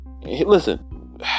Listen